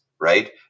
right